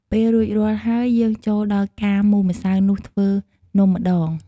ពេលរួចរាល់ហើយ យើងចូលដល់ការមូលម្សៅនោះ ធ្វើនំម្ដង។